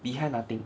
behind nothing